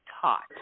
taught